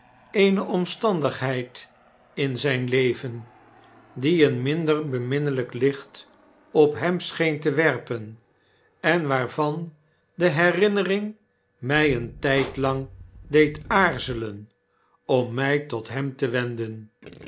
eene omstandigheid in zyn leven die een minder beminnelyk licht op hem scheen te werpen en waarvan de herinnering mij een tydlang deed aarzelen om mi tot hem te wenden